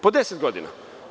Po 10 godina.